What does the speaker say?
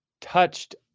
touched